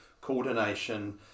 coordination